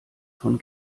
von